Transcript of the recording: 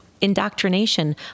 Indoctrination